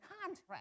contract